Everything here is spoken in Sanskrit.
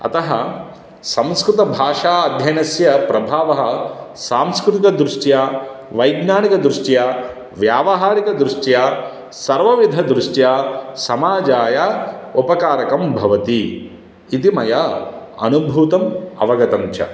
अतः संस्कृतभाषा अध्ययनस्य प्रभावः सांस्कृतिकदृष्ट्या वैज्ञानिकदृष्ट्या व्यावहारिकदृष्ट्या सर्वविधदृष्ट्या समाजाय उपकारकं भवति इति मया अनुभूतम् अवगतं च